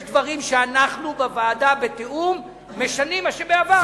יש דברים שאנחנו בוועדה בתיאום משנים מה שבעבר,